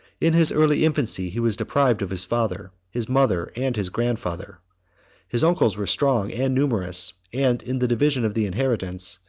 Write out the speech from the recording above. in his early infancy, he was deprived of his father, his mother, and his grandfather his uncles were strong and numerous and, in the division of the inheritance,